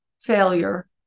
failure